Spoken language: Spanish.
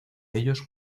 ellos